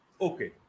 Okay